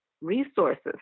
resources